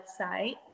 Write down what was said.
website